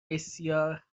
بسیار